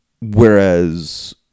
Whereas